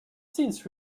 since